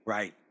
Right